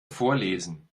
vorlesen